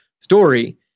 story